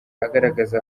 agaragaza